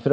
För